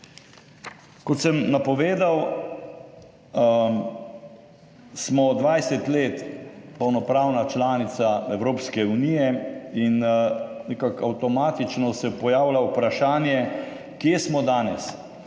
kot sem napovedal. Smo 20 let polnopravna članica Evropske unije in nekako avtomatično se pojavlja vprašanje, kje smo danes,